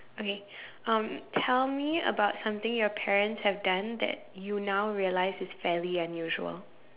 okay um tell me about something your parents have done that you now realize is fairly unusual